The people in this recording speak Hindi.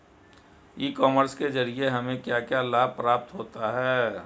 ई कॉमर्स के ज़रिए हमें क्या क्या लाभ प्राप्त होता है?